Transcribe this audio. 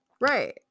Right